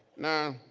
now